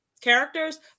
characters